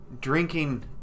drinking